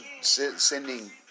sending